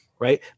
right